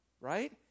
right